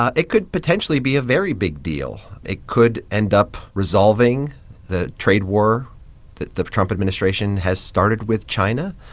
ah it could potentially be a very big deal. it could end up resolving the trade war that the trump administration has started with china.